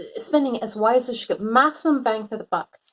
ah spending as wide as as she could, maximum value for the buck.